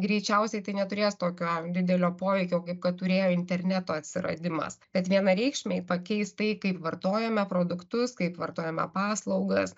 greičiausiai tai neturės tokio didelio poveikio kaip kad turėjo interneto atsiradimas bet vienareikšmiai pakeis tai kaip vartojame produktus kaip vartojame paslaugas